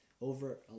over